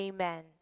Amen